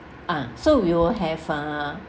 ah so we will have uh